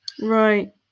Right